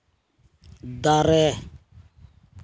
ᱫᱟᱨᱮ